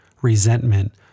resentment